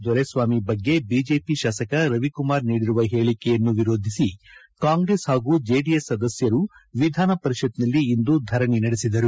ದೊರೆಸ್ವಾಮಿ ಬಗ್ಗೆ ಬಿಜೆಪಿ ಶಾಸಕ ರವಿಕುಮಾರ್ ನೀಡಿರುವ ಹೇಳಿಕೆಯನ್ನು ವಿರೋಧಿಸಿ ಕಾಂಗ್ರೆಸ್ ಹಾಗೂ ಜೆಡಿಎಸ್ ಸದಸ್ಯರು ವಿಧಾನಪರಿಷತ್ತಿನಲ್ಲಿಂದು ಧರಣಿ ನಡೆಸಿದರು